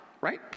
right